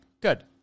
good